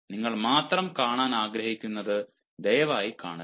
നിങ്ങൾ മാത്രം കാണാൻ ആഗ്രഹിക്കുന്നത് ദയവായി കാണരുത്